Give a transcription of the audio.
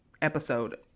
episode